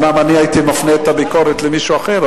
אומנם אני הייתי מפנה את הביקורת למישהו אחר,